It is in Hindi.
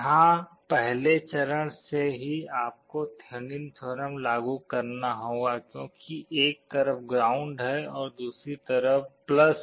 यहाँ पहले चरण से ही आपको थेवेनिन थ्योरम लागू करना होगा क्योंकि एक तरफ ग्राउंड है और दूसरी तरफV